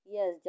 Yes